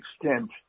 extent